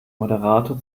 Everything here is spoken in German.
moderator